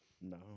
No